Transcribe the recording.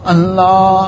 Allah